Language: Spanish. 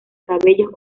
cabellos